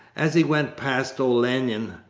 as he went past olenin,